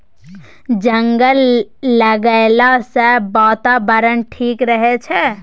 जंगल लगैला सँ बातावरण ठीक रहै छै